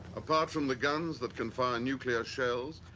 apart from the guns that can fire nuclear shells,